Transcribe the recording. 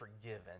forgiven